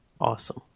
Awesome